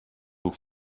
του